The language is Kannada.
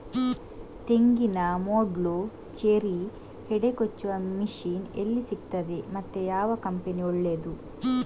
ತೆಂಗಿನ ಮೊಡ್ಲು, ಚೇರಿ, ಹೆಡೆ ಕೊಚ್ಚುವ ಮಷೀನ್ ಎಲ್ಲಿ ಸಿಕ್ತಾದೆ ಮತ್ತೆ ಯಾವ ಕಂಪನಿ ಒಳ್ಳೆದು?